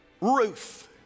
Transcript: Ruth